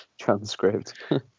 transcript